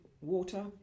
water